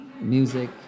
music